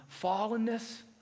fallenness